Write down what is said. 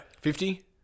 Fifty